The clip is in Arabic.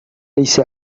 ليس